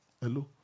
Hello